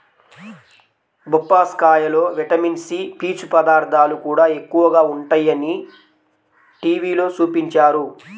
బొప్పాస్కాయలో vitamin C, పీచు పదార్థాలు కూడా ఎక్కువగా ఉంటయ్యని టీవీలో చూపించారు